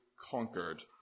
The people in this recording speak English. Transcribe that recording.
conquered